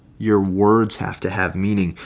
your words have to have meaning.